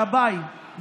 גבאי,